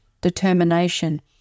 determination